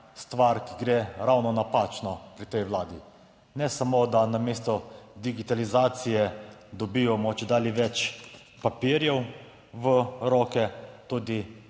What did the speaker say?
stvar, ki gre ravno napačno pri tej vladi. Ne samo, da namesto digitalizacije dobivamo čedalje več papirjev v roke, tudi